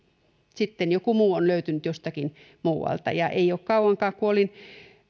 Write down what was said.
sitten joku muu on löytynyt jostakin muualta ei ole kauankaan kun olin